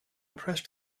pressed